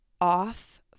off